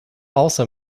also